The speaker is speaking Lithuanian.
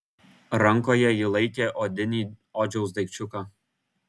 rankoje ji laikė odinį odžiaus daikčiuką